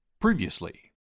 Previously